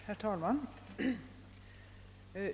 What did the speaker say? Herr talman!